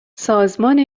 سازمان